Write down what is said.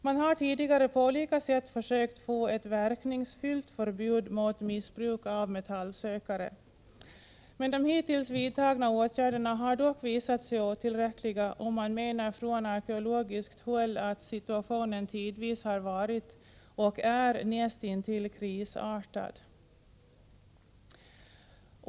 Man har tidigare på olika sätt försökt få ett verkningsfullt förbud mot missbruk av metallsökare. De hittills vidtagna åtgärderna har dock visat sig otillräckliga, och man menar från arkeologiskt håll att situationen tidvis har varit och är näst intill krisartad.